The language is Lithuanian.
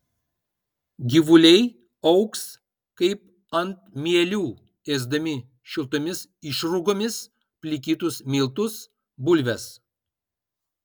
gyvuliai augs kaip ant mielių ėsdami šiltomis išrūgomis plikytus miltus bulves